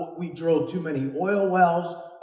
we drilled too many oil wells,